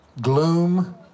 gloom